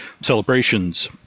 celebrations